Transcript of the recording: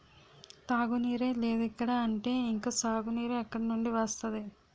తాగునీరే లేదిక్కడ అంటే ఇంక సాగునీరు ఎక్కడినుండి వస్తది?